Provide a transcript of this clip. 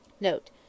Note